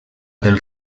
del